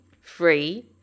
free